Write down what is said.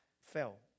fell